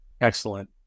Excellent